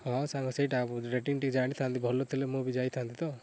ହଁ ସାଙ୍ଗ ସେଇଟା ରେଟିଂ ଟିକେ ଜାଣିଥାନ୍ତି ଭଲଥିଲେ ମୁଁ ବି ଯାଇଥାନ୍ତି ତ